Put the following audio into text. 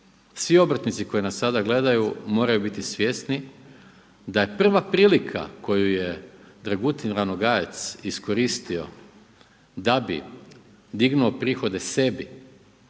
Svi obrtnici koji nas sada gledaju moraju biti svjesni da je prva prilika koju je Dragutin RAnogajec iskoristio da bi dignuo prihode sebi